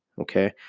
okay